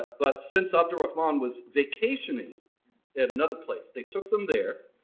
but since abdul othman was vacationing at another place they took them there.